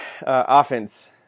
Offense